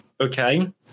okay